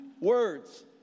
words